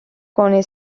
con